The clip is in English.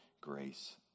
grace